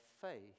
faith